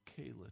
Kayla